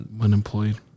Unemployed